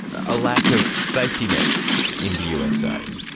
a lack of safety nets in the usa.